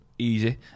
Easy